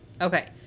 Okay